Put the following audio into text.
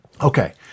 Okay